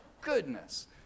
goodness